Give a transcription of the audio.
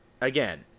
again –